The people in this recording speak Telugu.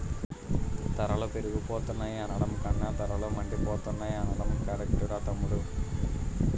ధరలు పెరిగిపోతున్నాయి అనడం కంటే ధరలు మండిపోతున్నాయ్ అనడం కరెక్టురా తమ్ముడూ